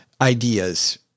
ideas